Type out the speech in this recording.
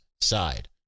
side